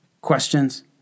Questions